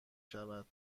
شود